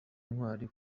ntwari